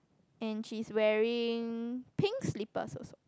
and she is wearing pink slippers also